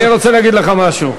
אני רוצה להגיד לך משהו.